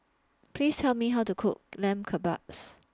Please Tell Me How to Cook Lamb Kebabs